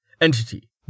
Entity